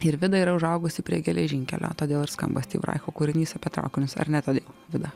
ir vida yra užaugusi prie geležinkelio todėl ir skamba stybraiko kūrinys apie traukinius ar netoli vidą